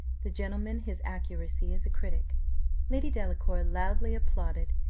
the gentlemen his accuracy as a critic lady delacour loudly applauded,